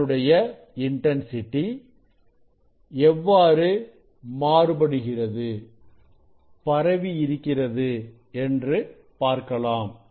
இதனுடைய இன்டன்சிட்டி எவ்வாறு மாறுபடுகிறது பரவியிருக்கிறது என்று பார்க்கலாம்